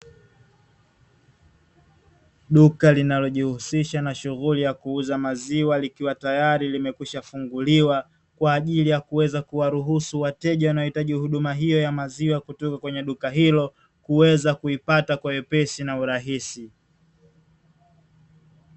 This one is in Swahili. Duka linalojihuysiusha na shughuli za kuuza maziwa likiwa tayari limekwisha kufunguliwa kwa ajili ya kuweza kuwa ruhusu wateja wanaohitaji huduma hiyo ya maziwa kutoka kwenye duka hilo, kuweza kuipata kwa wepesi na urahisi.